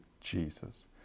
Jesus